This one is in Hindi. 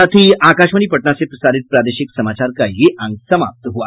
इसके साथ ही आकाशवाणी पटना से प्रसारित प्रादेशिक समाचार का ये अंक समाप्त हुआ